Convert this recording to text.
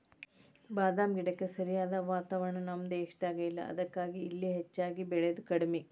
ಬಾದಾಮ ಗಿಡಕ್ಕ ಸರಿಯಾದ ವಾತಾವರಣ ನಮ್ಮ ದೇಶದಾಗ ಇಲ್ಲಾ ಅದಕ್ಕಾಗಿ ಇಲ್ಲಿ ಹೆಚ್ಚಾಗಿ ಬೇಳಿದು ಕಡ್ಮಿ